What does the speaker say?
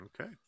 okay